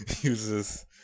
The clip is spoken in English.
uses